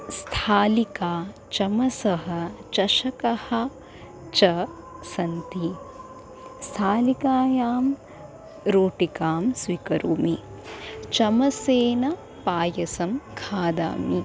स्थालिका चमसः चषकः च सन्ति स्थालिकायां रोटिकां स्वीकरोमि चमसेन पायसं खादामि